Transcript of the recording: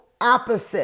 opposite